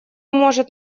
может